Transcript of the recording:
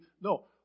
No